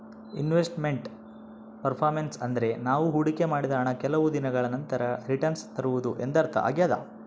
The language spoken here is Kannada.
ಇನ್ವೆಸ್ಟ್ ಮೆಂಟ್ ಪರ್ಪರ್ಮೆನ್ಸ್ ಅಂದ್ರೆ ನಾವು ಹೊಡಿಕೆ ಮಾಡಿದ ಹಣ ಕೆಲವು ದಿನಗಳ ನಂತರ ರಿಟನ್ಸ್ ತರುವುದು ಎಂದರ್ಥ ಆಗ್ಯಾದ